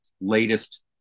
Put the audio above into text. latest